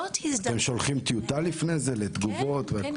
אתם שולחים טיוטה לפני זה, לתגובות והכול?